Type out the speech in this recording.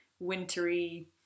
wintery